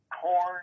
corn